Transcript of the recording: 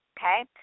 okay